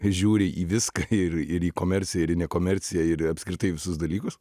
žiūri į viską ir ir į komerciją ir į ne komerciją ir apskritai į visus dalykus